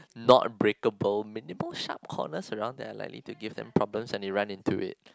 not breakable minimal sharp corners around that are likely to give them problems when they run into it